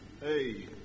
Hey